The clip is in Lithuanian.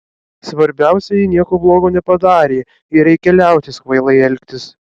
svarbiausia ji nieko blogo nepadarė ir reikia liautis kvailai elgtis